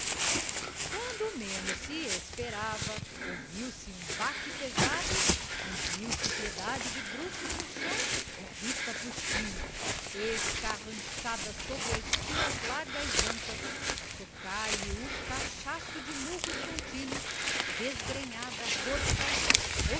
quando menos se esperava ouviu-se um baque pesado e viu-se piedade de bruços no chão e a rita por cima escarranchada sobre as suas largas ancas a socar lhe o cachaço de murros contínuos desgrenhada rota